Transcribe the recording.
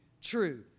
true